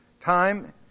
Time